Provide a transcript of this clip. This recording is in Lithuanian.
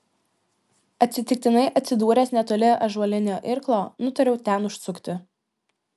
atsitiktinai atsidūręs netoli ąžuolinio irklo nutariau ten užsukti